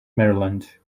maryland